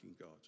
God